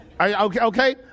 Okay